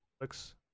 Looks